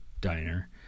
diner